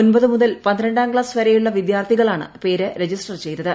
ഒൻപത് മുതൽ പന്ത്രണ്ടാം ക്ലാസ് വരെയുള്ള വിദ്യാർത്ഥികളാണ് പേര് രജിസ്റ്റർ ചെയ്തത്